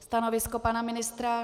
Stanovisko pana ministra?